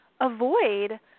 avoid